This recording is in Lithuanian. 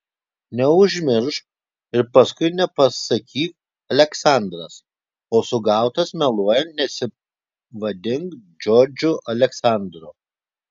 neužmiršk ir paskui nepasakyk aleksandras o sugautas meluojant nesivadink džordžu aleksandru